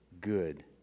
good